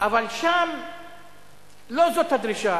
אבל שם לא זאת הדרישה.